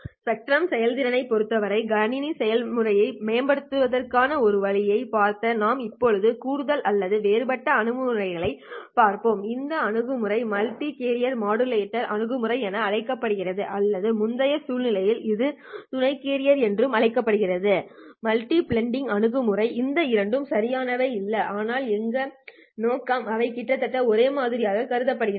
spectrum செயல்திறனைப் பொறுத்தவரை கணினி செயல்திறனை மேம்படுத்துவதற்கான ஒரு வழியைப் பார்த்த நாம் இப்போது கூடுதல் அல்லது வேறுபட்ட அணுகுமுறையைப் பார்ப்போம் இந்த அணுகுமுறை மல்டி கேரியர் மாடுலேட்டர் அணுகுமுறை என அழைக்கப்படுகிறது அல்லது முந்தைய சூழ்நிலையில் இது துணைக் கேரியர் என்றும் அழைக்கப்படுகிறது மல்டிபிளெக்சிங் அணுகுமுறை இந்த இரண்டும் சரியாக இல்லை ஆனால் எங்கள் நோக்கங்கள் அவை கிட்டத்தட்ட ஒரே மாதிரியாக கருதப்படலாம்